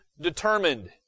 determined